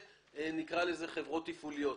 וחברות תפעוליות.